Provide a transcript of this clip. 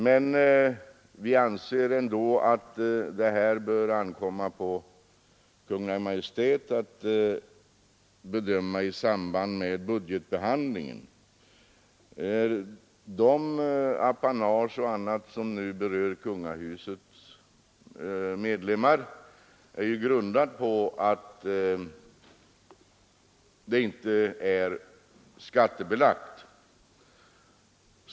Men vi anser ändå att det bör ankomma på Kungl. Maj:t att bedöma dessa frågor i samband med budgetbehandlingen. Storleken av de apanage och andra anslag som nu utgår till kungahusets medlemmar är ju fastställd med hänsyn till att dessa inkomster inte är skattebelagda.